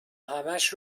همش